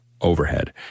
overhead